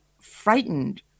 frightened